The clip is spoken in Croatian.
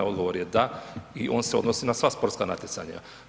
Odgovor je da i on se odnosi na sva sportska natjecanja.